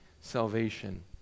salvation